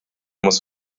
muss